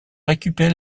récupéré